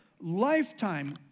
lifetime